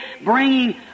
bringing